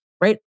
right